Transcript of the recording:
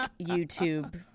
YouTube